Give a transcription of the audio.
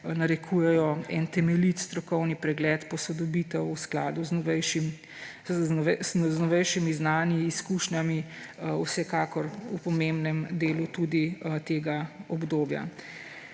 narekujejo temeljit strokoven pregled posodobitev v skladu z novejšimi znanji, izkušnjami, vsekakor pomembnem delu tudi tega obdobja.